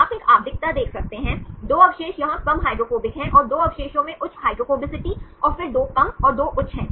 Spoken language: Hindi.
आप एक आवधिकता देख सकते हैं 2 अवशेष यहां कम हाइड्रोफोबिक हैं और 2 अवशेषों में उच्च हाइड्रोफोबिसिटी और फिर 2 कम और 2 उच्च हैं